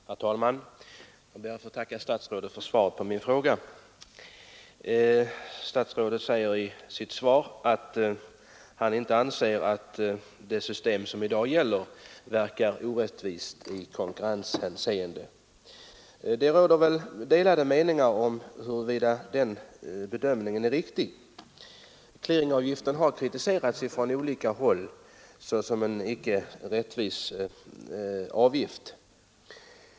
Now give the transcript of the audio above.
Herr talman! Jag ber att få tacka statsrådet för svaret på min fråga. Statsrådet säger att han inte anser att det system som i dag tillämpas verkar orättvist i konkurrenshärseende. Det råder väl delade meningar om huruvida den bedömningen är riktig. Clearingavgiften har kritiserats från olika håll såsom en orättvis avgift.